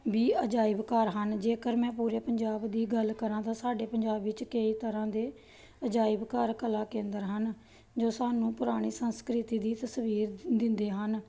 ਵੀ ਅਜਾਇਬ ਘਰ ਹਨ ਜੇਕਰ ਮੈਂ ਪੂਰੇ ਪੰਜਾਬ ਦੀ ਗੱਲ ਕਰਾਂ ਤਾਂ ਸਾਡੇ ਪੰਜਾਬ ਵਿੱਚ ਕਈ ਤਰ੍ਹਾਂ ਦੇ ਅਜਾਇਬ ਘਰ ਕਲਾ ਕੇਂਦਰ ਹਨ ਜੋ ਸਾਨੂੰ ਪੁਰਾਣੇ ਸੰਸਕ੍ਰਿਤੀ ਦੀ ਤਸਵੀਰ ਦਿੰਦੇ ਹਨ